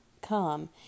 Come